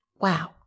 Wow